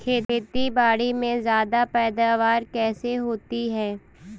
खेतीबाड़ी में ज्यादा पैदावार कैसे होती है?